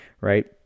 right